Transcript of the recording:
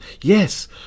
yes